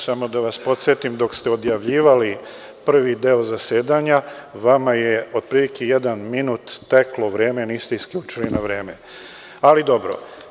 Samo da vas podsetim, dok ste odjavljivali prvi deo zasedanja vama je otprilike jedan minut teklo vreme, niste isključili vreme, ali dobro.